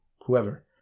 whoever